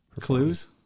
Clues